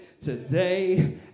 today